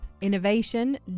innovation